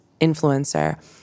influencer